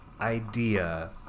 idea